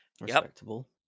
Respectable